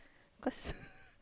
cause